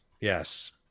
Yes